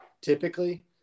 typically